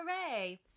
Hooray